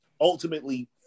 ultimately